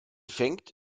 fängt